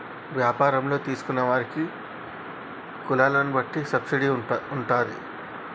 వ్యాపారంలో తీసుకున్న వారికి వారి కులాల బట్టి సబ్సిడీ ఉంటాది